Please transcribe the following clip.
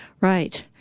Right